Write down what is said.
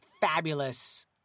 fabulous